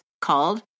called